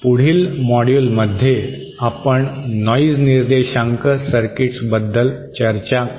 पुढील मॉड्यूलमध्ये आपण नॉइज निर्देशांक सर्किट्सबद्दल चर्चा करू